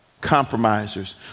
compromisers